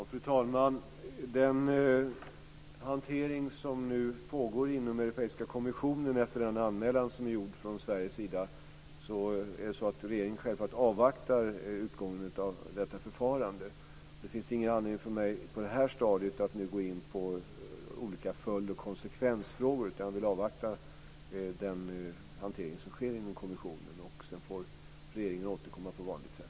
Fru talman! Det pågår nu en hantering inom Europeiska kommissionen efter den anmälan som är gjord från Sveriges sida, och regeringen avvaktar självfallet utgången av detta förfarande. Det finns ingen anledning för mig att på det här stadiet gå in på olika följd och konsekvensfrågor, utan jag vill avvakta den hantering som sker inom kommissionen. Sedan får regeringen återkomma på vanligt sätt.